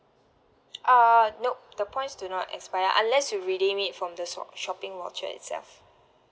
uh nop the points do not expire unless you redeem it from the sho~ shopping voucher itself